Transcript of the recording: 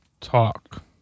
Talk